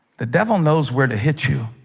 the devil knows where to hit you,